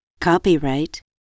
Copyright